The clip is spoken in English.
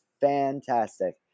fantastic